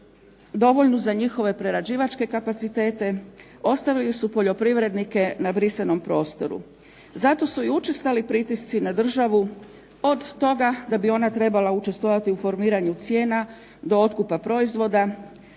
dovoljnu za njihove prerađivačke kapacitete ostavili su poljoprivrednike na brisanom prostoru. Zato su i učestali pritisci na državu od toga da bi ona trebala učestvovati u formiranju cijena do otkupa proizvoda